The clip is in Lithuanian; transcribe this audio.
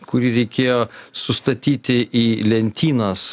kurį reikėjo sustatyti į lentynas